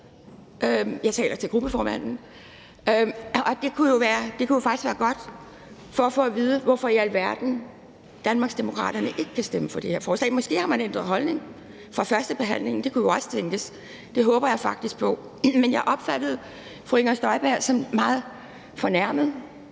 jeg taler til gruppeformanden. Det kunne jo faktisk være godt for at få at vide, hvorfor i alverden Danmarksdemokraterne ikke kan stemme for det her forslag. Måske har man ændret holdning fra førstebehandlingen. Det kunne jo også tænkes. Det håber jeg faktisk på. Men jeg opfattede fru Inger Støjberg som meget fornærmet,